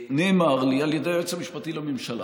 נאמר לי על ידי היועץ המשפטי לממשלה,